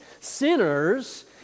sinners